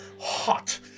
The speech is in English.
hot